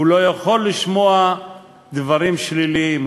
הוא לא יכול לשמוע דברים שליליים,